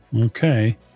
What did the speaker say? Okay